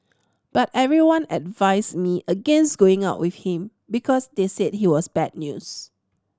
but everyone advised me against going out with him because they said he was bad news